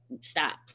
stop